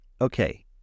Okay